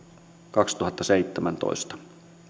kaksituhattaseitsemäntoista